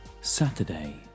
Saturday